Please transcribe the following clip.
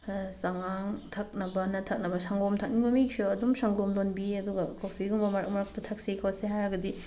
ꯑꯗ ꯆꯉꯥꯡ ꯊꯛꯅꯕꯅ ꯊꯛꯅꯕ ꯁꯪꯒꯣꯝ ꯊꯛꯅꯤꯡꯕ ꯃꯤꯒꯤꯁꯨ ꯑꯗꯨꯝ ꯁꯪꯒꯣꯝ ꯂꯣꯟꯕꯤ ꯑꯗꯨꯒ ꯀꯣꯐꯤꯒꯨꯝꯕ ꯃꯔꯛ ꯃꯔꯛꯇ ꯊꯛꯁꯤ ꯈꯣꯠꯁꯤ ꯍꯥꯏꯔꯒꯗꯤ